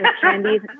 Candies